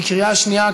בקריאה שנייה,